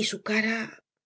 y su cara